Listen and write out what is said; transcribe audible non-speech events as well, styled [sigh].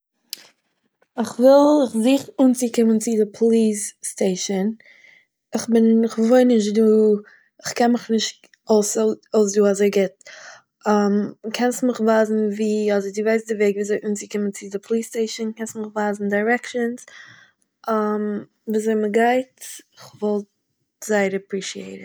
איך וויל, איך זוך אנצוקומען צו די פאליס סטעישן, איך בין- איך וואוין נישט דא, איך קען מיך נישט אויס דא אזוי גוט, [hesitation] קענסט מיך ווייזן וויאזוי דו ווייסט די וועג וויאזוי אנצוקומען צו די פאליס סטעישן, קענסט מיך ווייזן דיירעקשנס, [hesitation] וויאזוי מען גייט? כ'וואלט זייער אפרישיעיטעד